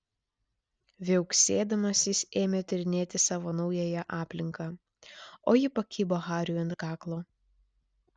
viauksėdamas jis ėmė tyrinėti savo naująją aplinką o ji pakibo hariui ant kaklo